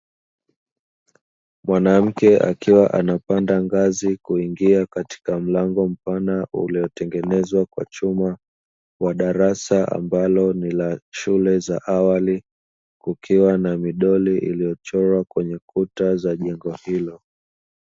Mwanamke akiwa anapanda ngazi kuingia katika mlango mpana uliotengenezwa kwa chuma, wa darasa ambalo ni shule za awali kukiwa na midoli iliyochorwa kwenye kuta za jengo hilo.